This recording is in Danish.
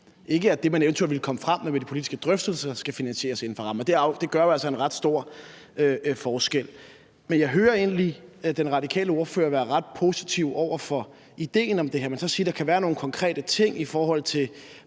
ikke, at det, man eventuelt vil komme frem til ved de politiske drøftelser, skal finansieres inden for rammen. Og det gør jo altså en ret stor forskel. Men jeg hører egentlig, at den radikale ordfører er ret positiv over for idéen om det her, men så siger, at der kan være nogle konkrete ting i forhold til